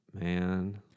man